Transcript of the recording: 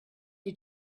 you